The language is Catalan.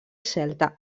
celta